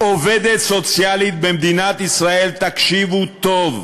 עובדת סוציאלית במדינת ישראל, תקשיבו טוב,